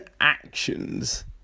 actions